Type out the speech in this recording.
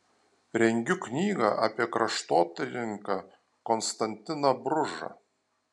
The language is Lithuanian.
rengiu knygą apie kraštotyrininką konstantiną bružą